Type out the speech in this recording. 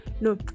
no